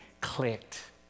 clicked